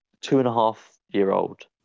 two-and-a-half-year-old